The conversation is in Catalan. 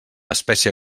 espècie